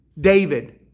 David